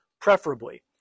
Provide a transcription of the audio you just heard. preferably